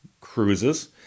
cruises